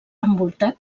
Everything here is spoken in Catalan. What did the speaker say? envoltat